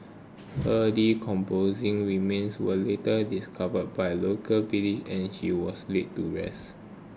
her decomposing remains were later discovered by local villagers and she was laid to rest